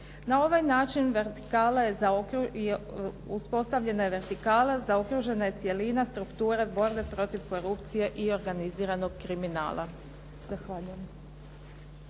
Na ovaj način uspostavljena je vertikala, zaokružena je cjelina strukture borbe protiv korupcije i organiziranog kriminala.